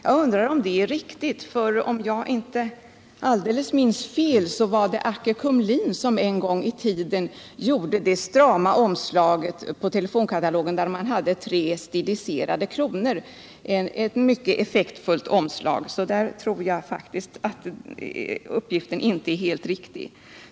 Jag undrar om det är riktigt, för om jag inte minns alldeles fel var det Akke Kumlien som en gång i tiden gjorde det strama omslaget på telefonkatalogen där det fanns tre stiliserade kronor — ett mycket effektfullt omslag. Jag tror faktiskt att uppgiften på den punkten i statsrådets svar inte är helt riktig.